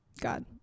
God